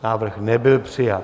Návrh nebyl přijat.